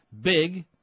big